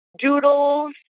doodles